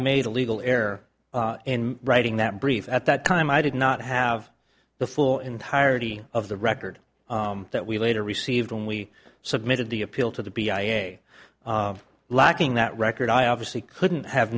made a legal error in writing that brief at that time i did not have the floor entirety of the record that we later received when we submitted the appeal to the b i a lacking that record i obviously couldn't have